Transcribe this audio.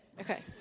okay